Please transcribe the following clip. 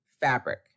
fabric